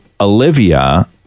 olivia